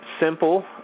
simple